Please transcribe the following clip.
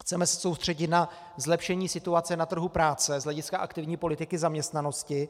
Chceme se soustředit na zlepšení situace na trhu práce z hlediska aktivní politiky zaměstnanosti.